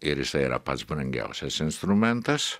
ir jisai yra pats brangiausias instrumentas